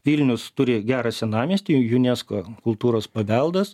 vilnius turi gerą senamiestį unesco kultūros paveldas